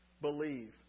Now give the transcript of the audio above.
believe